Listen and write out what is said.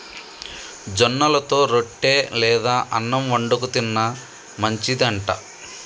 జొన్నలతో రొట్టె లేదా అన్నం వండుకు తిన్న మంచిది అంట